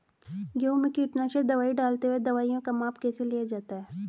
गेहूँ में कीटनाशक दवाई डालते हुऐ दवाईयों का माप कैसे लिया जाता है?